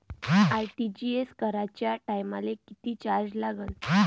RTGS कराच्या टायमाले किती चार्ज लागन?